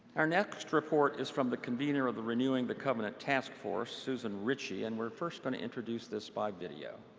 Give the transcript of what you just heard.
our next report is from the convener of the renewing the covenant taskforce, susan ritchie ritchie. and we're first going to introduce this by video.